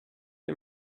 you